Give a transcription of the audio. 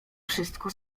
wszystko